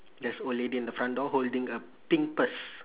there's a old lady at the front door holding a pink purse